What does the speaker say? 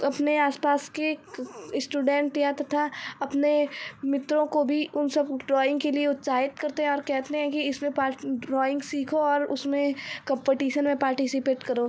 अपने आस पास के इस्टुडेन्ट या तथा अपने मित्रों को भी उन सब ड्रॉइंग के लिए उत्साहित करते हैं और कहेते हैं कि इसमें ड्रॉइंग सीखो और उसमें कंपटीसन में पार्टीसिपेट करो